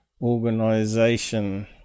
organization